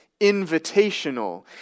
invitational